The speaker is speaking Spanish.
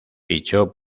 fichó